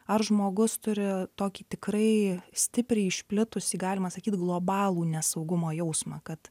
ar žmogus turi tokį tikrai stipriai išplitusį galima sakyt globalų nesaugumo jausmą kad